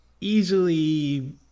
easily